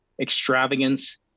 extravagance